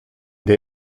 der